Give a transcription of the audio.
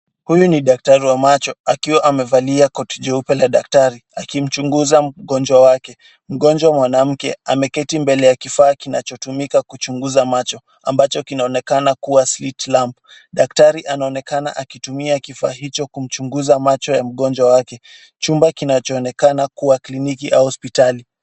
Huyu ni daktari wa macho akiwa amevalia koti jeupe la daktari akimchunguza mgonjwa wake. Mgonjwa mwanamke ameketi mbele ya kifaa kinachotumika kuchunguza macho ambacho kinaonekana kuwa Switch lamp . Daktari anaonekana akitumia kifaa hicho kuangalia macho ya mgonjwa wake. Chumba kinachoonekana kuwa kliniki au hospitali.